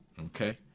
Okay